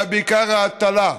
ובעיקר ההטלה,